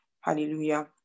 hallelujah